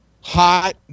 Hot